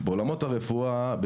בעולמות הרפואה,